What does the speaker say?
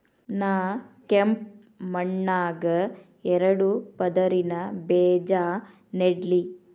ನಾ ಕೆಂಪ್ ಮಣ್ಣಾಗ ಎರಡು ಪದರಿನ ಬೇಜಾ ನೆಡ್ಲಿ?